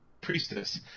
Priestess